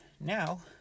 now